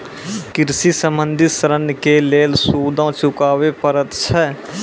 कृषि संबंधी ॠण के लेल सूदो चुकावे पड़त छै?